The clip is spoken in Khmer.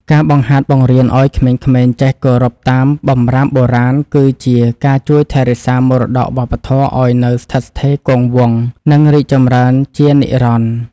ការបង្ហាត់បង្រៀនឱ្យក្មេងៗចេះគោរពតាមបម្រាមបុរាណគឺជាការជួយថែរក្សាមរតកវប្បធម៌ឱ្យនៅស្ថិតស្ថេរគង់វង្ស និង រីកចម្រើនជានិរន្តរ៍។